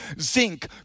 Zinc